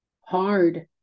hard